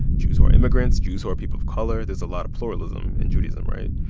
jews who are immigrants, jews who are people of color. there's a lot of pluralism in judaism, right?